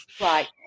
Right